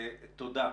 תודה.